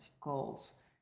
goals